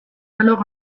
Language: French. alors